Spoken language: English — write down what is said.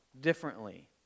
differently